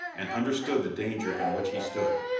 and understood the danger in which he stood.